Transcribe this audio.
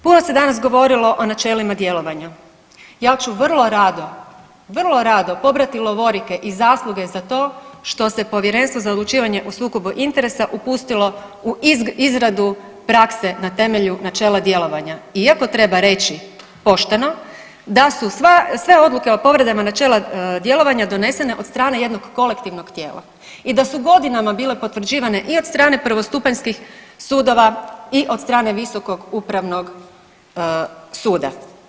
Puno se danas govorilo o načelima djelovanja, ja ću vrlo rado, vrlo rado pobrati lovorike i zasluge za to što se Povjerenstvo za odlučivanje o sukobu interesa upustilo u izradu prakse na temelju načela djelovanja, iako treba reći pošteno da su sve odluke o povredama načela djelovanja donesene od strane jednog kolektivnog tijela i da su godinama bile potvrđivane i od strane prvostupanjskih sudova i od strane Visokog upravnog suda.